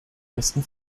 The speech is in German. besten